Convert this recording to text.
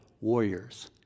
warriors